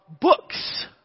books